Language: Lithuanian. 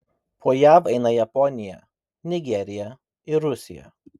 po jav eina japonija nigerija ir rusija